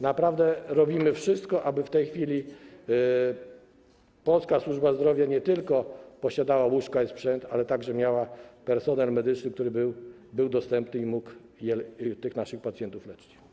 Naprawdę robimy wszystko, aby w tej chwili polska służba zdrowia nie tylko posiadała łóżka i sprzęt, ale także miała personel medyczny, który by był dostępny i mógł naszych pacjentów leczyć.